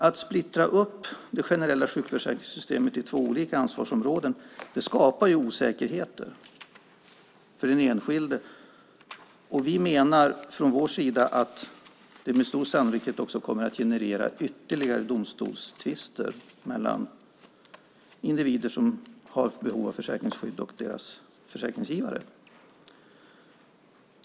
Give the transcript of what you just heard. Att splittra upp det generella sjukförsäkringssystemet i två olika ansvarsområden skapar osäkerheter för den enskilde. Vi menar från vår sida att det med stor sannolikhet också kommer att generera ytterligare domstolstvister mellan individer som har behov av försäkringsskydd och deras försäkringsgivare.